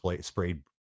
sprayed